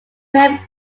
pope